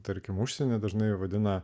tarkim užsienyje dažnai vadina